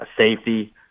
safety